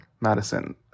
Madison